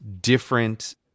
different